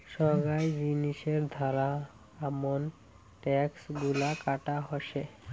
সোগায় জিনিসের ধারা আমন ট্যাক্স গুলা কাটা হসে